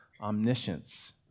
omniscience